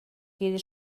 quedi